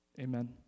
Amen